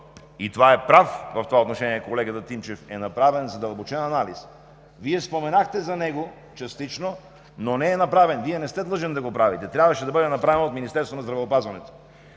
за трансплантация. В това отношение колегата Тимчев е прав, че не е направен задълбочен анализ. Вие споменахте за него, частично, но не е направен. Вие не сте длъжен да го правите, трябваше да бъде направен от Министерството на здравеопазването.